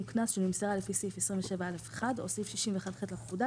קנס שנמסרה לפי סעיף 27א1 או סעיף 61ח לפקודה,